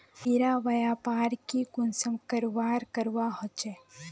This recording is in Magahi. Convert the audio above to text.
ई व्यापार की कुंसम करवार करवा होचे?